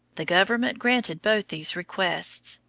the government granted both these requests.